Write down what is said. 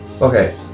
Okay